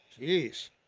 Jeez